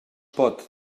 pot